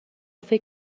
فکر